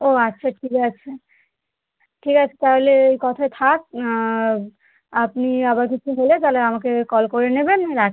ও আচ্ছা ঠিক আছে ঠিক আছে তাহলে ওই কথা থাক আপনি আবার কিছু হলে তাহলে আমাকে কল করে নেবেন রাখছি